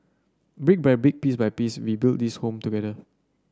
brick by brick piece by piece we build this home together